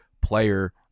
player